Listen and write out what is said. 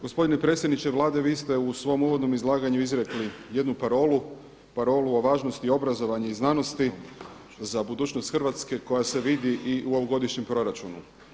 Gospodine predsjedniče Vlade vi ste u svom uvodnom izlaganju izrekli jednu parolu, parolu o važnosti obrazovanja i znanosti za budućnost Hrvatske koja se vidi i u ovogodišnjem proračunu.